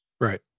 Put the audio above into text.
Right